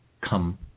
come